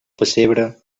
pessebre